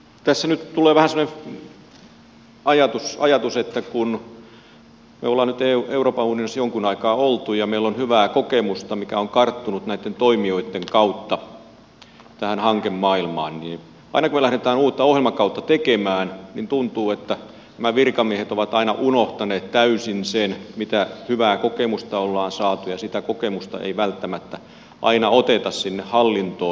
tässä nyt tulee vähän semmoinen ajatus että kun me olemme nyt euroopan unionissa jonkun aikaa olleet ja meillä on hyvää kokemusta mikä on karttunut näitten toimijoitten kautta tähän hankemaailmaan niin aina kun me lähdemme uutta ohjelmakautta tekemään tuntuu että nämä virkamiehet ovat aina unohtaneet täysin sen mitä hyvää kokemusta ollaan saatu ja sitä kokemusta ei välttämättä aina oteta sinne hallintoon mukaan